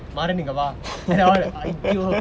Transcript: maaran இங்க வா:inga vaa and all !aiyo!